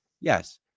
Yes